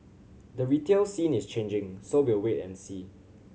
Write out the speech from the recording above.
the retail scene is changing so we'll wait and see